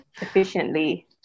efficiently